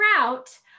route